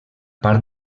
part